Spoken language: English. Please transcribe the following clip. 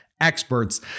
experts